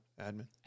admin